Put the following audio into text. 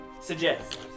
suggest